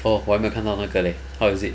orh 我还没看到那个 leh how is it